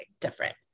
different